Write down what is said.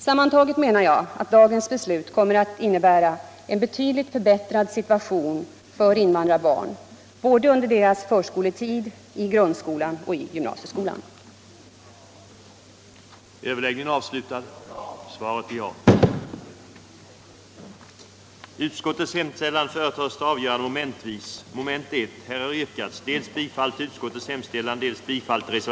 Sammantaget kommer dagens beslut, menar jag, att innebära en betydligt förbättrad situation för invandrarbarn såväl under deras förskoletid som i grundskolan och gymnasieskolan. | ning gav följande resultat: